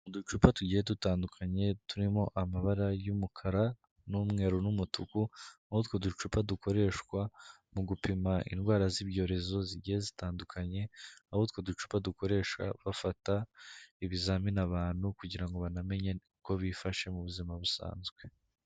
Uducupa tugiye dutandukanye turimo amabara y'umukara n'umweru n'umutuku aho utwo ducupa dukoreshwa mu gupima indwara z'ibyorezo zigiye zitandukanye, aho utwo ducupa dukoresha bafata ibizamini abantu kugira ngo banamenye uko bifashe mu buzima busanzwe.